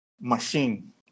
machine